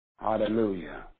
Hallelujah